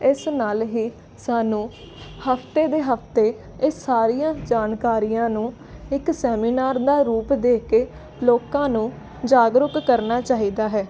ਇਸ ਨਾਲ ਹੀ ਸਾਨੂੰ ਹਫਤੇ ਦੇ ਹਫਤੇ ਇਹ ਸਾਰੀਆਂ ਜਾਣਕਾਰੀਆਂ ਨੂੰ ਇੱਕ ਸੈਮੀਨਾਰ ਦਾ ਰੂਪ ਦੇ ਕੇ ਲੋਕਾਂ ਨੂੰ ਜਾਗਰੂਕ ਕਰਨਾ ਚਾਹੀਦਾ ਹੈ